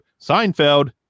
seinfeld